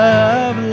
Love